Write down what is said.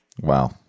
Wow